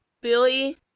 Billy